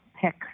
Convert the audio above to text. pick